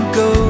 go